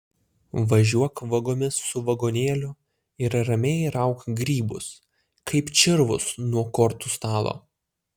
važiuok vagomis su vagonėliu ir ramiai rauk grybus kaip čirvus nuo kortų stalo